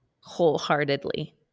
wholeheartedly